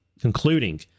concluding